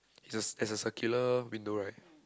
is a is a circular window right